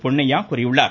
பொன்னையா கூறியுள்ளார்